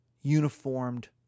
uniformed